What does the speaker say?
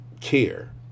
care